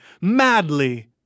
madly